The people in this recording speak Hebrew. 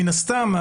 מן הסתם,